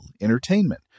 entertainment